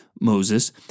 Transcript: Moses